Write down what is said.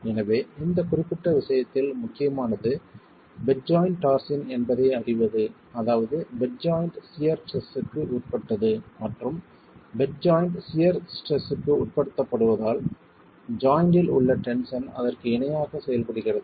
எனவே இந்த குறிப்பிட்ட விஷயத்தில் முக்கியமானது பெட் ஜாய்ண்ட் டார்ஸின் என்பதை அறிவது அதாவது பெட் ஜாய்ண்ட் சியர் ஸ்ட்ரெஸ்ஸஸ்க்கு உட்பட்டது மற்றும் பெட் ஜாய்ண்ட் சியர் ஸ்ட்ரெஸ்ஸஸ்க்கு உட்படுத்தப்படுவதால் ஜாய்ண்ட்டில் உள்ள டென்ஷன் அதற்கு இணையாக செயல்படுகிறது